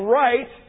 right